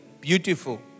Beautiful